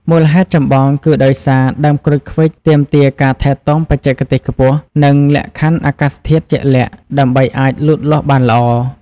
មូលហេតុចម្បងគឺដោយសារដើមក្រូចឃ្វិចទាមទារការថែទាំបច្ចេកទេសខ្ពស់ និងលក្ខខណ្ឌអាកាសធាតុជាក់លាក់ដើម្បីអាចលូតលាស់បានល្អ។